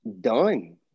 done